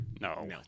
No